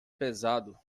pesado